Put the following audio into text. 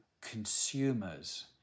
consumers